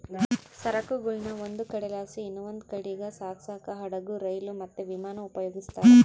ಸರಕುಗುಳ್ನ ಒಂದು ಕಡೆಲಾಸಿ ಇನವಂದ್ ಕಡೀಗ್ ಸಾಗ್ಸಾಕ ಹಡುಗು, ರೈಲು, ಮತ್ತೆ ವಿಮಾನಾನ ಉಪಯೋಗಿಸ್ತಾರ